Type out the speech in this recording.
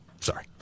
Sorry